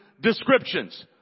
descriptions